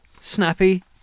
snappy